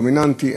דומיננטי,